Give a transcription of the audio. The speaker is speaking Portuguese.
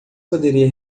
poderia